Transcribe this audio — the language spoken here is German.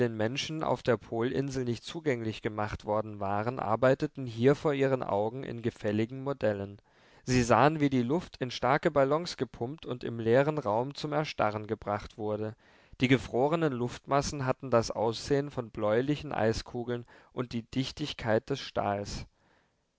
menschen auf der polinsel nicht zugänglich gemacht worden waren arbeiteten hier vor ihren augen in gefälligen modellen sie sahen wie die luft in starke ballons gepumpt und im leeren raum zum erstarren gebracht wurde die gefrorenen luftmassen hatten das aussehen von bläulichen eiskugeln und die dichtigkeit des stahls